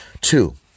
Two